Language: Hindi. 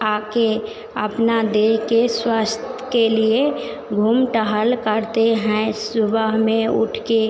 आकर अपना देखकर स्वास्थ्य के लिए घूम टहल करते हैं सुबह में उठकर